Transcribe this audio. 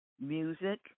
music